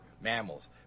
mammals